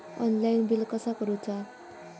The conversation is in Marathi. ऑनलाइन बिल कसा करुचा?